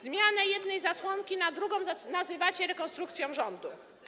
Zmianę jednej zasłonki na drugą nazywacie rekonstrukcją rządu.